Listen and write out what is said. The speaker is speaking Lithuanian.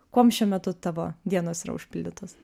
kuom šiuo metu tavo dienos yra užpildytos